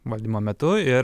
valdymo metu ir